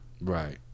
right